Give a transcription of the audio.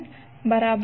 539 0